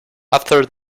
after